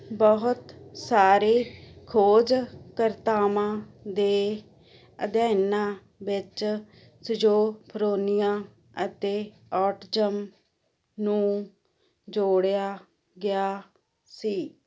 ਬਹੁਤ ਸਾਰੇ ਖੋਜਕਰਤਾਵਾਂ ਦੇ ਅਧਿਐਨਾਂ ਵਿੱਚ ਸਿਜ਼ੋਫਰੀਨੀਆ ਅਤੇ ਔਟਿਜ਼ਮ ਨੂੰ ਜੋੜਿਆ ਗਿਆ ਸੀ